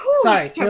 Sorry